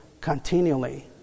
continually